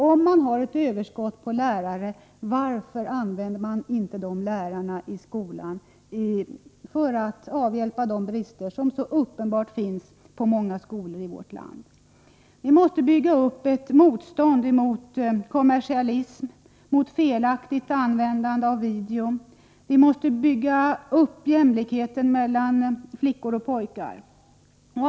Om man har ett överskott på lärare, varför använder man inte dessa lärare i skolan för att avhjälpa de brister som så uppenbart finns i många skolor i vårt land? Vi måste bygga upp ett motstånd mot kommersialism och mot ett felaktigt användande av video. Vi måste vidare bygga upp jämlikheten mellan flickor och pojkar.